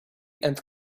and